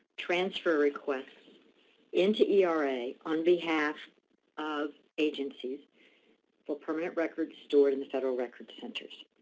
transfer requests into era on behalf of agencies for permanent records stored in the federal records centers.